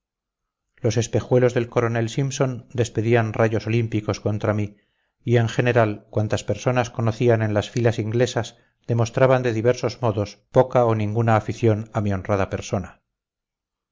los espejuelos del coronel simpson despedían rayos olímpicos contra mí y en general cuantas personas conocía en las filas inglesas demostraban de diversos modos poca o ninguna afición a mi honrada persona